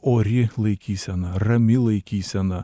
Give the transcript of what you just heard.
ori laikysena rami laikysena